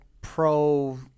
pro